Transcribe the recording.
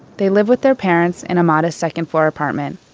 they live with their parents in a modest second-floor apartment.